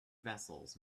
vessels